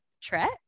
track